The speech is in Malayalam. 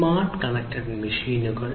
സ്മാർട്ട് കണക്റ്റഡ് മെഷീനുകൾ